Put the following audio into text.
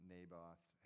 Naboth